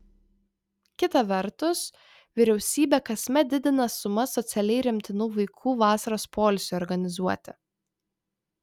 kita vertus vyriausybė kasmet didina sumas socialiai remtinų vaikų vasaros poilsiui organizuoti